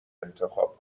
انتخاب